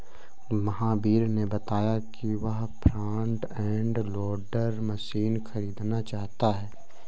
महावीर ने बताया कि वह फ्रंट एंड लोडर मशीन खरीदना चाहता है